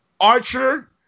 Archer